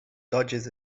dodges